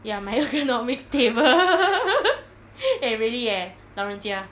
ya my ergonomics table eh really eh 老人家